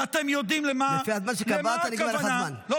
ואתם יודעים למה הכוונה --- לפי הזמן שקבעת,